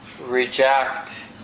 reject